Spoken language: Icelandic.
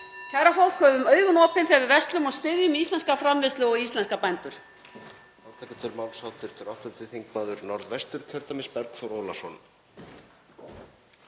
Kæra fólk. Höfum augun opin þegar við verslum og styðjum íslenska framleiðslu og íslenska bændur.